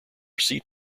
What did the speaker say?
seat